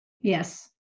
Yes